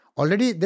already